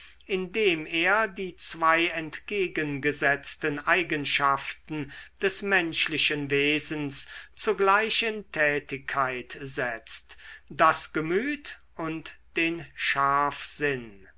indem er die zwei entgegengesetzten eigenschaften des menschlichen wesens zugleich in tätigkeit setzt das gemüt und den